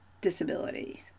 disabilities